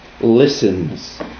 listens